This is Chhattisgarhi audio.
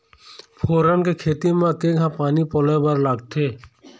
फोरन के खेती म केघा पानी पलोए बर लागथे?